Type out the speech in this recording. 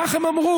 כך הם אמרו,